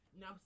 Now